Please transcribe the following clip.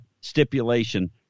stipulation